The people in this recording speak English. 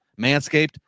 Manscaped